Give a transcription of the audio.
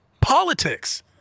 politics